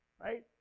Right